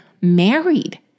married